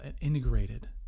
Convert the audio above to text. integrated